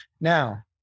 Now